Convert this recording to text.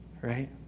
right